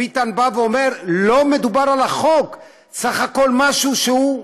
ביטן אומר: לא מדובר על החוק, סך הכול משהו שהוא,